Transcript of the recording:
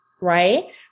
right